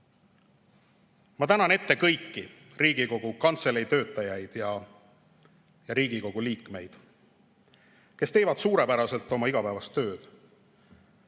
Ma tänan ette kõiki Riigikogu Kantselei töötajaid ja Riigikogu liikmeid, kes teevad suurepäraselt oma igapäevast tööd.